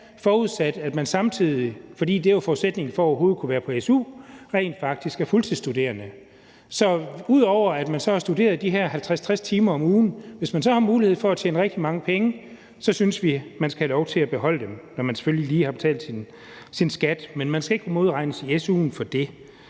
forudsat at man samtidig – for det er jo forudsætningen for overhovedet at kunne være på su – rent faktisk er fuldtidsstuderende. Så hvis man, ud over at man har studeret de her 50-60 timer om ugen, så har mulighed for at tjene rigtig mange penge, synes vi, man skal have lov til at beholde dem, når man selvfølgelig lige har betalt sin skat. Men man skal ikke modregnes i su'en for det.